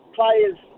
players